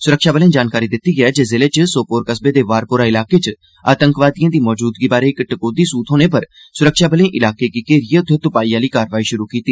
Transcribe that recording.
सुरक्षा सूत्रें जानकारी दिती ऐ जे जिले च सोपोर कस्बे दे वारपोरा इलाके च आतंकवादियें दी मजूदगी बारै इक टकोहदी सूह थ्होने पर स्रक्षाबलें इलाके गी घेरियै उत्थे त्पाई आली कारवाई श्रु कीती